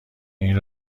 این